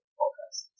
podcast